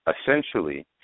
Essentially